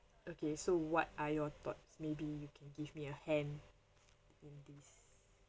okay so what are your thoughts maybe you can give me a hint in this